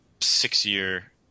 six-year